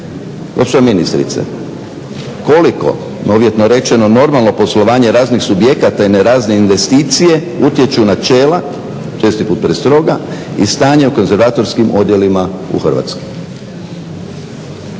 Gospođo ministrice, koliko uvjetno rečeno normalno poslovanje raznih subjekata i razne investicije utječu načela, često puta prestroga i stanje u konzervatorskim odjelima u Hrvatskoj.